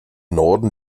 norden